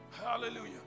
hallelujah